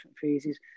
phases